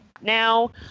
now